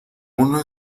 una